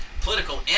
political